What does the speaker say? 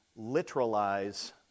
literalize